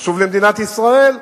וחשוב למדינת ישראל,